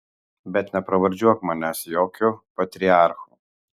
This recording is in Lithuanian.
bet nepravardžiuok manęs jokiu patriarchu